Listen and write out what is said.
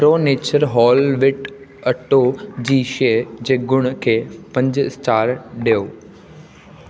pro nature whole wheat अटो जी शइ जे गुण खे पंज स्टार ॾियो